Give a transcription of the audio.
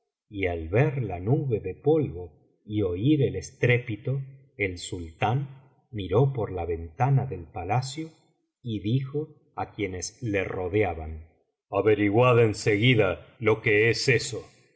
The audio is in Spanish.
y al ver la nube ele polvo y oir el estrépito el sultán miró por la ventana del palacio y dijo á quienes le rodeaban averiguad en seguida lo que